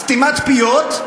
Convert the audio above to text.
סתימת פיות.